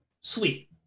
Sweet